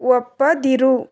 ಒಪ್ಪದಿರು